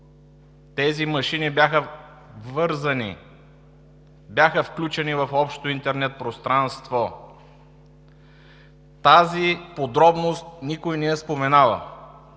тези машини бяха вързани, бяха включени в общото интернет пространство! Тази подробност никой не я споменава.